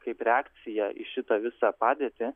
kaip reakcija į šitą visą padėtį